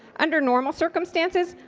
under normal circumstances,